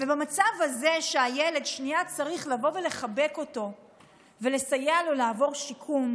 ובמצב הזה שהילד שנייה צריך לחבק אותו ולסייע לו לעבור שיקום,